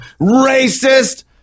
racist